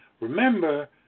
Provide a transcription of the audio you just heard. Remember